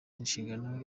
inshingano